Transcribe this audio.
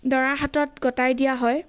দৰাৰ হাতত গতাই দিয়া হয়